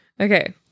Okay